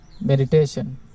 meditation